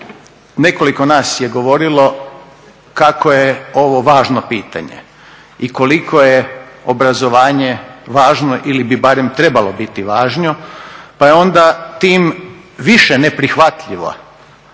nekoliko nas je govorilo kako je ovo važno pitanje i koliko je obrazovanje važno ili bi barem trebalo biti važno pa je onda tim više neprihvatljivo,